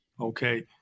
Okay